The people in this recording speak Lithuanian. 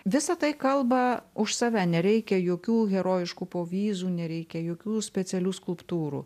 visa tai kalba už save nereikia jokių herojiškų povyzų nereikia jokių specialių skulptūrų